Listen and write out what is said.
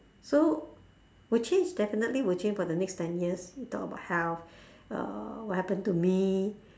so will change definitely will change for the next ten years you talk about health uh what happen to me